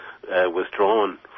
withdrawn